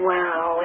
Wow